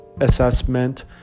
assessment